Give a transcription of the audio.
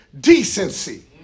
decency